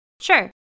Sure